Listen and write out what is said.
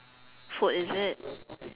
food is it